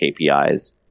KPIs